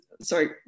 sorry